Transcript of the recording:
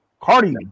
Cardi